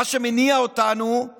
מה שמניע אותנו הוא